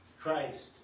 Christ